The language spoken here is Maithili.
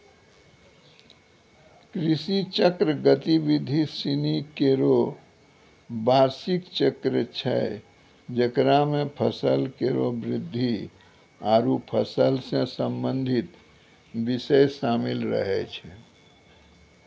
कृषि चक्र गतिविधि सिनी केरो बार्षिक चक्र छै जेकरा म फसल केरो वृद्धि आरु फसल सें संबंधित बिषय शामिल रहै छै